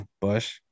Bush